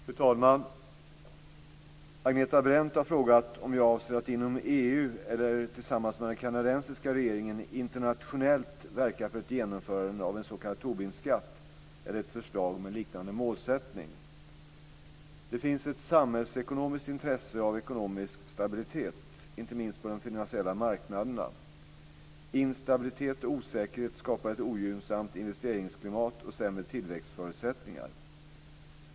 Fru talman! Agneta Brendt har frågat om jag avser att inom EU eller tillsammans med den kanadensiska regeringen internationellt verka för ett genomförande av en s.k. Tobinskatt eller ett förslag med liknande målsättning. Det finns ett samhällsekonomiskt intresse av ekonomisk stabilitet, inte minst på de finansiella marknaderna. Instabilitet och osäkerhet skapar ett ogynnsamt investeringsklimat och sämre tillväxtförutsättningar.